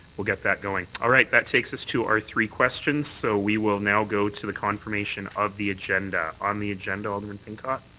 we'll get that going. all right. that takes us to our three questions. so we will now go to the confirmation of the agenda. on the agenda, alderman pincott?